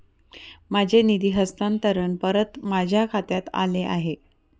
माझे निधी हस्तांतरण परत माझ्या खात्यात आले आहे